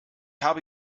habe